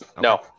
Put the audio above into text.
No